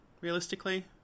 realistically